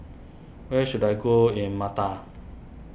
where should I go in Malta